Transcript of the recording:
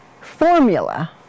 formula